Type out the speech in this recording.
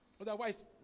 Otherwise